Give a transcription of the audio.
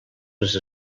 les